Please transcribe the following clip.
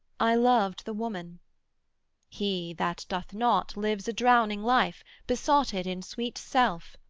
i loved the woman he, that doth not, lives a drowning life, besotted in sweet self,